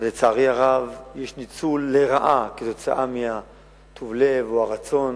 ולצערי הרב יש ניצול לרעה של טוב הלב או הרצון